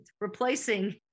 replacing